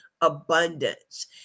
abundance